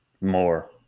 more